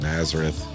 Nazareth